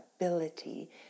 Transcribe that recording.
ability